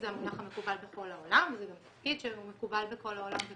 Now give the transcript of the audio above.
זה המונח המקובל בכל העולם וזה גם תפקיד שהוא מקובל בכל העולם.